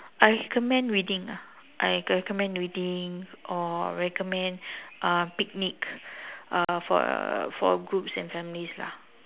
I recommend reading ah I recommend reading or recommend uh picnic uh for uh for uh groups and families lah